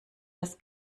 das